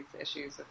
issues